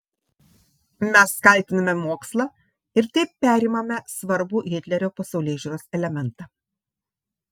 mes kaltiname mokslą ir taip perimame svarbų hitlerio pasaulėžiūros elementą